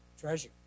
treasure